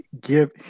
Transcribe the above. give